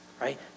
Right